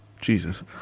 jesus